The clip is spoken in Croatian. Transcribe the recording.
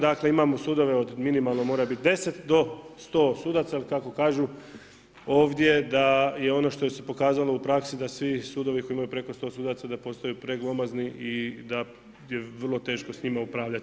Dakle, imamo sudove od minimalno mora biti 10 do 100 sudaca jer kako kažu ovdje da je ono što je se pokazalo u praksi, da svi sudovi koji imaju preko 100 sudaca da postaju preglomazni i da je vrlo teško s njima upravljati.